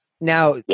Now